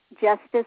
justice